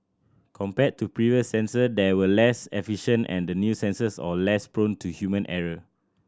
compared to previous sensor that were less efficient and the new sensors are less prone to human error